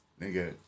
nigga